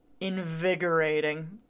invigorating